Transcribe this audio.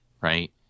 Right